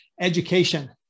education